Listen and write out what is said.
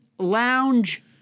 lounge